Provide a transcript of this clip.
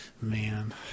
man